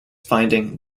finding